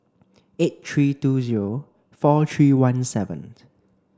eight three two zero four three one seven